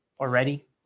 already